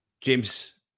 James